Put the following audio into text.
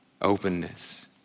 openness